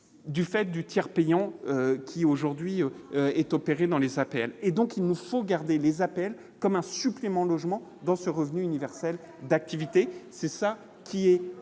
du fait du tiers payant qui aujourd'hui est opéré dans les appels et donc il nous faut garder les appels comme un supplément logements dans ce revenu universel d'activité, c'est ça qui est